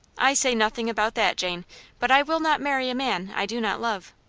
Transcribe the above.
i say nothing about that, jane but i will not marry a man i do not love.